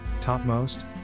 topmost